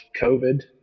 COVID